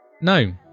no